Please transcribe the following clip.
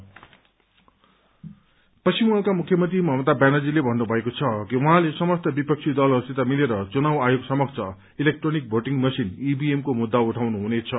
EVM Mamata पश्चिम बंगालाका मुख्यमंत्री ममता व्यानर्जीले भन्नुभएको छ कि उहाँले समस्त विपक्षी दलहरूसित मिलेर चुनाव आयोग समक्ष इलेक्ट्रोनिक्स वोटिंग मशीन ईमीएमको मुद्दा एअठाउनु हुनेछ